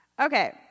Okay